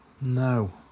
No